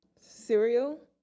Cereal